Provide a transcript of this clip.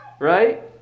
right